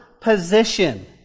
position